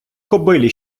кобилі